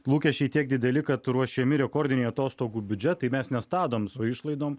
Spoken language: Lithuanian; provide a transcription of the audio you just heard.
lūkesčiai tiek dideli kad ruošiami rekordiniai atostogų biudžetai mes nestabdom su išlaidom